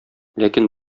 ләкин